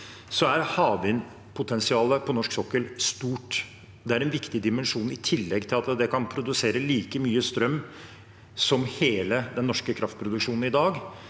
Havvindpotensialet på norsk sokkel er stort. Det er en viktig dimensjon. I tillegg til at det kan produsere like mye strøm som hele den norske kraftproduksjonen i dag,